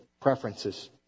preferences